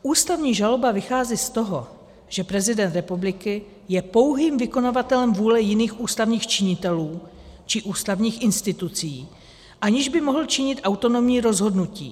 Ústavní žaloba vychází z toho, že prezident republiky je pouhým vykonavatelem vůle jiných ústavních činitelů či ústavních institucí, aniž by mohl činit autonomní rozhodnutí.